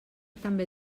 també